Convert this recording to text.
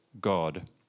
God